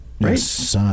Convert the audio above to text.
right